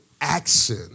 action